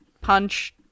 punch